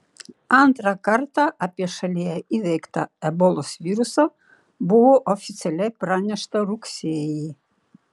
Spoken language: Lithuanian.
antrą kartą apie šalyje įveiktą ebolos virusą buvo oficialiai pranešta rugsėjį